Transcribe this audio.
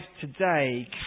today